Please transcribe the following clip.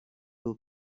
will